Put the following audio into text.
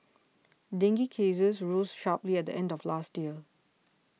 dengue cases rose sharply at the end of last year